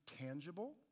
tangible